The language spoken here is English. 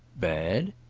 bad?